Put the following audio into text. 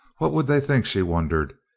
what would they think, she wondered,